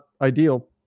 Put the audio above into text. ideal